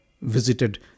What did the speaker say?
visited